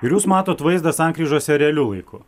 ir jūs matot vaizdą sankryžose realiu laiku